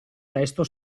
testo